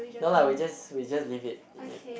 no lah we just we just leave it